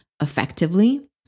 effectively